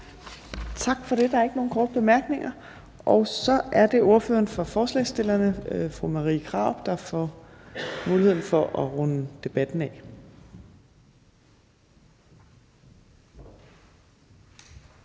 Tak for det. Der er ikke nogen korte bemærkninger. Så er det ordføreren for forslagsstillerne, fru Marie Krarup, der får mulighed for at runde debatten af.